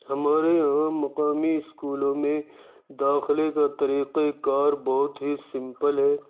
ہمارے یہاں مقامی اسکولوں میں داخلے کا طریقۂِ کار بہت ہی سمپل ہے